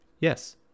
yes